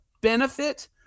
benefit